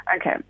Okay